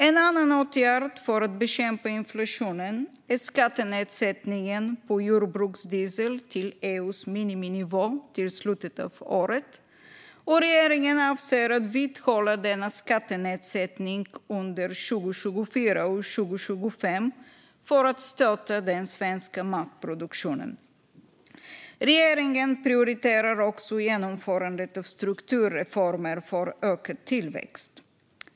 En annan åtgärd för att bekämpa inflationen är skattenedsättningen på jordbruksdiesel till EU:s miniminivå till slutet av året. Regeringen avser att vidhålla denna skattenedsättning under 2024 och 2025 för att stötta den svenska matproduktionen. Regeringen prioriterar också genomförandet av strukturreformer för ökad tillväxt.